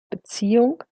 beziehung